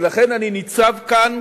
ולכן אני ניצב כאן